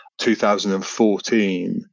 2014